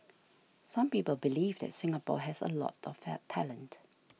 some people believe that Singapore has a lot of talent